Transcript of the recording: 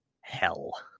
hell